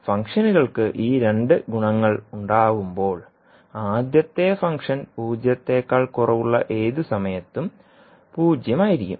ഫംഗ്ഷനുകൾക് ഈ 2 ഗുണങ്ങൾ ഉണ്ടാവുമ്പോൾ ആദ്യത്തെ ഫംഗ്ഷൻ പൂജ്യത്തേക്കാൾ കുറവുള്ള ഏത് സമയത്തും 0 ആയിരിക്കും